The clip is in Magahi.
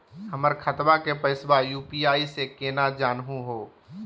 हमर खतवा के पैसवा यू.पी.आई स केना जानहु हो?